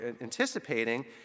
anticipating